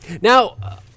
Now